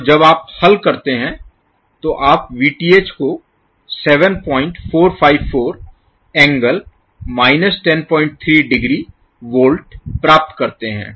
तो जब आप हल करते हैं तो आप Vth को 7454 एंगल माइनस 103 डिग्री वोल्ट प्राप्त करते हैं